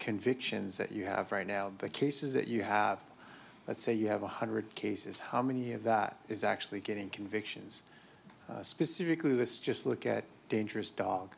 convictions that you have right now the cases that you have let's say you have one hundred cases how many of that is actually getting convictions specifically this just look at dangerous dog